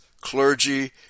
clergy